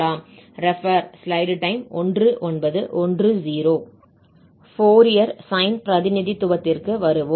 Fourier sine பிரதிநிதித்துவத்திற்கு வருவோம்